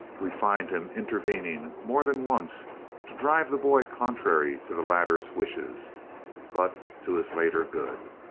we find him intervening more than once to drive the boy contrary to the latter's wishes but to his later good.